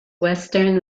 western